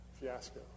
fiasco